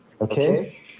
Okay